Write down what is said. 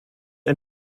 ein